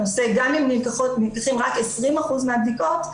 גם אם נלקחות 20% מהבדיקות,